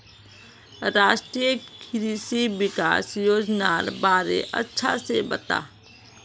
राष्ट्रीय कृषि विकास योजनार बारे अच्छा से बता